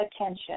attention